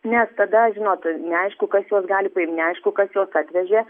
nes tada žinot neaišku kas juos gali paimt neaišku kas juos atvežė